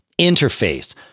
interface